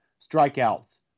strikeouts